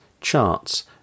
charts